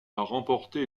remporter